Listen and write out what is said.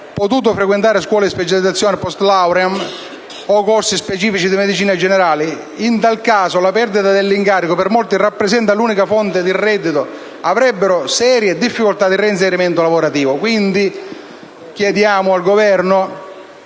potuto frequentare le scuole di specializzazione *post lauream* o i corsi specifici in medicina generale e, nel caso di perdita dell'incarico, che per molti rappresenta l'unica fonte di reddito, avrebbero serie difficoltà di reinserimento lavorativo. Quindi, chiediamo al Governo